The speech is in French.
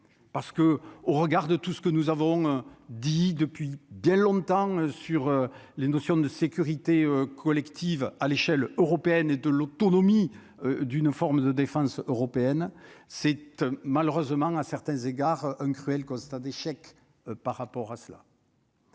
parce que, au regard de tout ce que nous avons dit depuis bien longtemps sur les notions de sécurité collective à l'échelle européenne et de l'autonomie d'une forme de défense européenne, cette malheureusement à certains égards un cruel constat d'échec par rapport à cela.